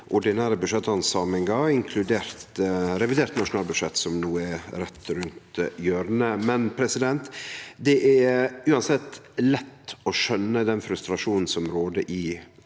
ordinære budsjetthandsaminga, inkludert revidert nasjonalbudsjett, som no er rett rundt hjørnet. Det er uansett lett å skjøne den frustrasjonen som råder i